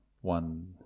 one